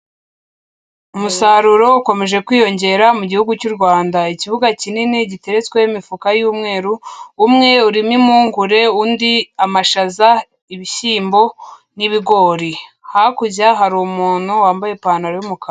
Umusaruro ukomeje kwiyongera mu gihugu cy'u Rwanda, ikibuga kinini giteretsweho imifuka y'umweru, umwe urimo impungure, undi amashaza, ibishyimbo n'ibigori, hakurya hari umuntu wambaye ipantaro y'umukara.